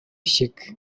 шиг